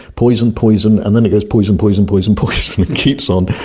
poison, poison and then it goes poison, poison, poison, poison and keeps on.